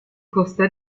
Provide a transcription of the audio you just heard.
costa